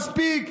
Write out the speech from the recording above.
מספיק.